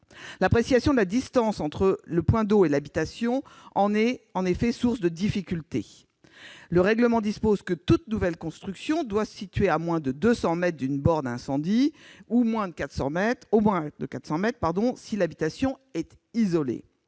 L'appréciation de la distance entre le point d'eau et l'habitation est en effet source de difficultés. Le règlement dispose que toute nouvelle construction doit se situer à moins de 200 mètres d'une borne à incendie ou à moins de 400 mètres si l'habitation est isolée.